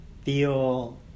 feel –